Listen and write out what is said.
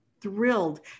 thrilled